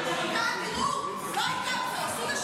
אחמד טיבי לא מנהל את הכנסת.